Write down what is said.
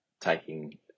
taking